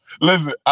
listen